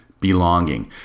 belonging